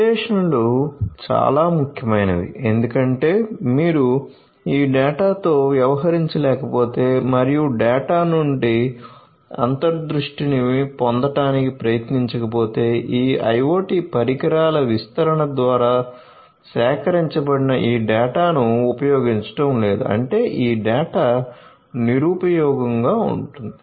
విశ్లేషణలు చాలా ముఖ్యమైనవి ఎందుకంటే మీరు ఈ డేటాతో వ్యవహరించలేకపోతే మరియు డేటా నుండి అంతర్దృష్టిని పొందడానికి ప్రయత్నించకపోతే ఈ IoT పరికరాల విస్తరణ ద్వారా సేకరించబడిన ఈ డేటాను ఉపయోగించడం లేదు అంటే ఈ డేటా నిరుపయోగంగా ఉంటుంది